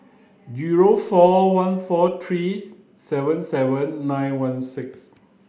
zero four one four three seven seven nine one six